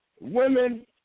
Women